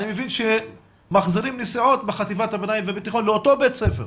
אני מבין שמחזירים נסיעות בחטיבת הביניים ובתיכון לאותו בית ספר.